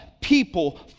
people